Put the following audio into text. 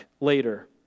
later